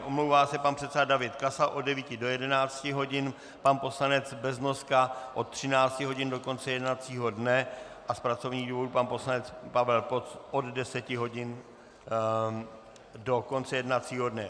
Omlouvá se pan předseda David Kasal od 9 do 11 hodin, pan poslanec Beznoska od 13 hodin do konce jednacího dne a z pracovních důvodů pan poslanec Pavel Ploc od 10 hodin do konce jednacího dne.